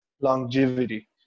longevity